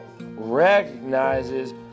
recognizes